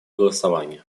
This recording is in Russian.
голосования